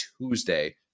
Tuesday